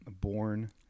born